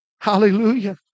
Hallelujah